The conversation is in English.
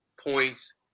points